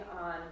On